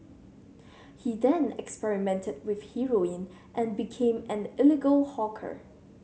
he then experimented with heroin and became an illegal hawker